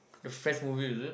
the French movie is it